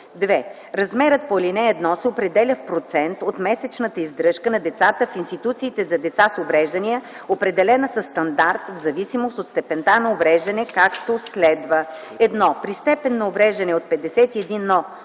„(2) Размерът по ал. 1 се определя в процент от месечната издръжка на децата в институциите за деца с увреждания, определена със стандарт, в зависимост от степента на увреждане, както следва: 1. При степен на увреждане от 51 до